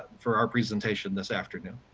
for our presentation this afternoon.